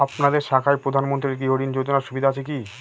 আপনাদের শাখায় প্রধানমন্ত্রী গৃহ ঋণ যোজনার সুবিধা আছে কি?